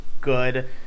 good